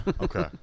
Okay